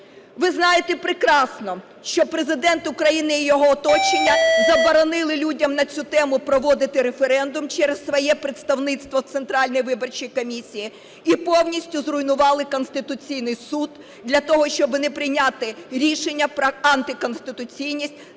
Ви знаєте прекрасно, що Президент України і його оточення заборонили людям на цю тему проводити референдум через своє представництво Центральної виборчої комісії і повністю зруйнували Конституційний Суд для того, щоб не прийняти рішення про антиконституційність